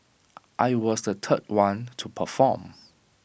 I was the third one to perform